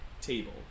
table